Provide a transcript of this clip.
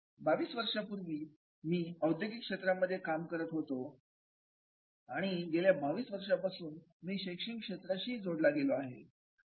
बावीस वर्षांपूर्वी मी औद्योगिक क्षेत्रामध्ये काम करत होतो आणि गेल्या 22 वर्षांपासून मी शैक्षणिक क्षेत्राशी जोडला गेलो आहे